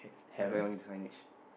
I don't have only the signage